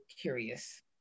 curious